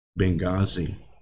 Benghazi